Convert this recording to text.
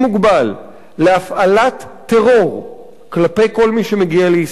להפעלת טרור כלפי כל מי שמגיע לישראל.